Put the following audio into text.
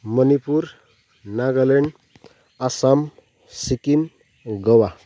Manipur Nagaland Assam Sikkim Goa